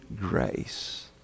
grace